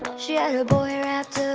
she had a boy wrapped